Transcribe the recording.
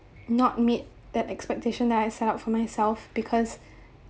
not meet that expectations that I set up for myself because